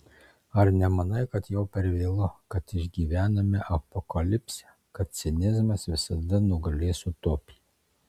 ar nemanai kad jau per vėlu kad išgyvename apokalipsę kad cinizmas visada nugalės utopiją